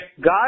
God